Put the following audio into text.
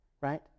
right